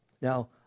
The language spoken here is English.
Now